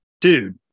dude